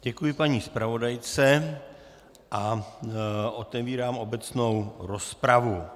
Děkuji paní zpravodajce a otevírám obecnou rozpravu.